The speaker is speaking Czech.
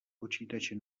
počítače